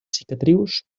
cicatrius